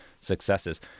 successes